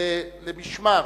למשמר,